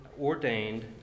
ordained